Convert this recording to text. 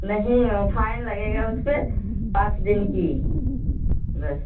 नहीं फ़ाइन लगेगा उस पर पाँच दिन की बस